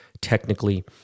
technically